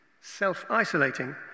self-isolating